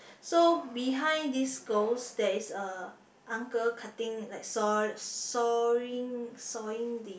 so behind this ghost there is a uncle cutting like saw~ sawing sawing the